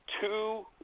two